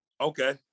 Okay